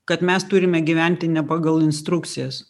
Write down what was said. kad mes turime gyventi ne pagal instrukcijas